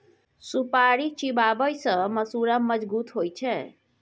सुपारी चिबाबै सँ मसुरा मजगुत होइ छै